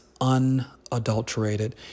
unadulterated